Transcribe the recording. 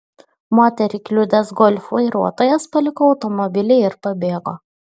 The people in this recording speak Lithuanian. moterį kliudęs golf vairuotojas paliko automobilį ir pabėgo